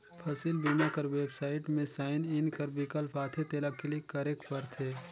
फसिल बीमा कर बेबसाइट में साइन इन कर बिकल्प आथे तेला क्लिक करेक परथे